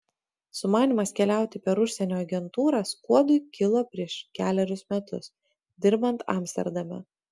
sumanymas keliauti per užsienio agentūrą skuodui kilo prieš kelerius metus dirbant amsterdame